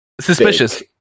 suspicious